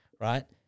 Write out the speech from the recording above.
right